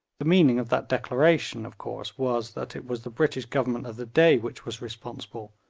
the meaning of that declaration, of course, was that it was the british government of the day which was responsible,